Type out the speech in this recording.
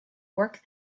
work